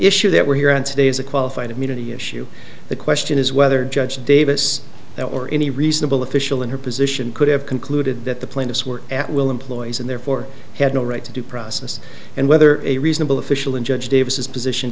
that we're here on today is a qualified immunity issue the question is whether judge davis or any reasonable official in her position could have concluded that the plaintiffs were at will employees and therefore had no right to due process and whether a reasonable official in judge davis position